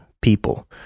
people